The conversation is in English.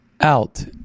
out